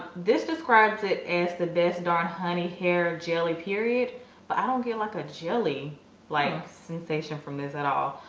this describes it as the best darn honey hair of jelly period but i don't get like a jelly blanc sensation from this at all,